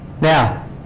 Now